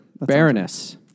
Baroness